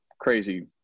crazy